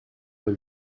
pas